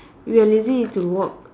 you are lazy to walk